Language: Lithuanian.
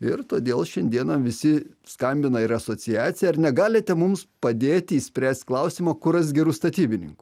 ir todėl šiandieną visi skambina ir asociaciją ar negalite mums padėti išspręst klausimo kur rast gerų statybininkų